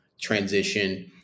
transition